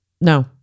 No